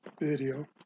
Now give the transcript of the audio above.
video